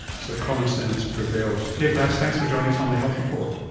so common-sense prevails. pia glatz, thanks for joining us on the health report.